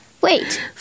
wait